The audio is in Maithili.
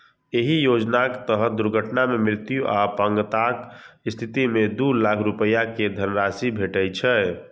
एहि योजनाक तहत दुर्घटना मे मृत्यु आ अपंगताक स्थिति मे दू लाख रुपैया के धनराशि भेटै छै